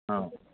ହଁ